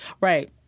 Right